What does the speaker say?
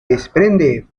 desprende